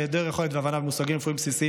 היעדר היכולת והבנת המושגים הבסיסיים